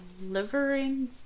delivering